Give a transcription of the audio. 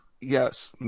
yes